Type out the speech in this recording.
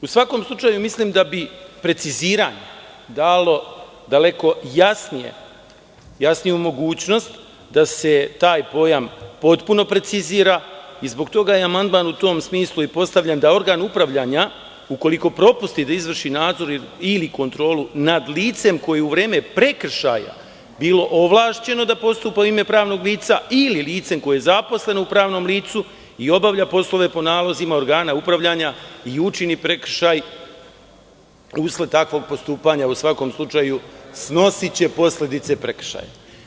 U svakom slučaju, mislim da bi preciziranje dalo daleko jasniju mogućnost da se taj pojam potpuno precizira. zbog toga je amandman u tom smislu i postavljen, da organ upravljanja, ukoliko propusti da izvrši nadzor ili kontrolu nad licem koje je u vreme prekršaja bilo ovlašćeno da postupa u ime pravnog lica, ili lice koje je zaposleno u pravnom licu i obavlja poslove po nalazima organa upravljanja i učini prekršaj usled takvog postupanja, u svakom slučaju, snosiće posledice prekršaja.